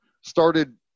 Started